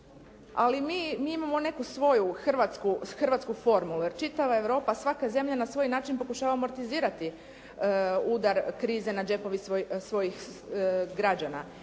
ali mi imamo neku svoju hrvatsku formulu jer čitava Europa, svaka zemlja na svoj način pokušava amortizirati udar krize na džepove svojih građana